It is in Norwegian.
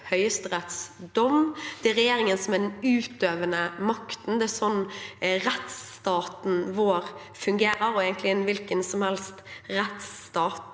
Høyesteretts dom. Det er regjeringen som er den utøvende makten. Det er sånn rettsstaten vår – og egentlig en hvilken som helst rettsstat